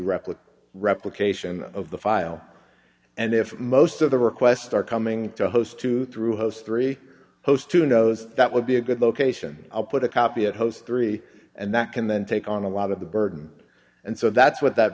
replica replication of the file and if most of the requests are coming to host to through those three host who knows that would be a good location i'll put a copy at host three and that can then take on a lot of the burden and so that's what that